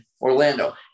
Orlando